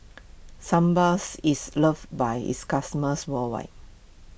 is loved by its customers worldwide